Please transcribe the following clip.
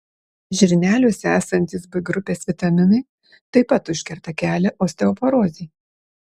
žirneliuose esantys b grupės vitaminai taip pat užkerta kelią osteoporozei